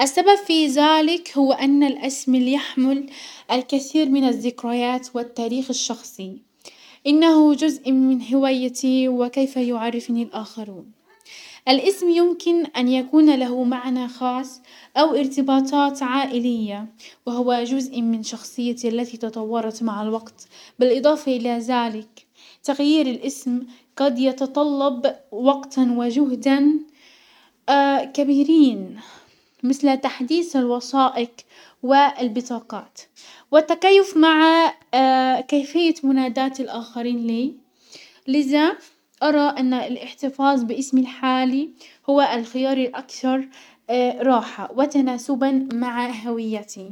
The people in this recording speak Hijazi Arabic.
السبب في زلك هو ان الاسم اللي يحمل الكثير من الزكريات والتاريخ الشخصي، انه جزء من هوايتي وكيف يعرفني الاخرون. الاسم يمكن ان يكون له معنى خاص او ارتباطات عائلية، وهو جزء من شخصيتي التي تطورت مع الوقت، بالاضافة الى زلك تغيير الاسم قد يتطلب وقتا وجهدا كبيرين مسل تحديس الوسائق والبطاقات والتكيف مع كيفية مناداة الاخرين لي. لزا ارى ان الاحتفاظ باسمي الحالي هو الخيار الاكثر راحة وتناسبا مع هويتي.